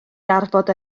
darfod